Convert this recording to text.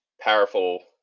powerful